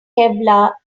kevlar